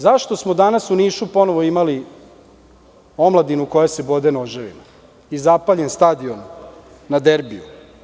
Zašto smo danas u Nišu ponovo imali omladinu koja se bode noževima i zapaljen stadion na derbiju?